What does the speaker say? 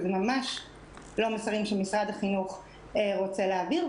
וזה ממש לא מסרים שמשרד החינוך רוצה להעביר.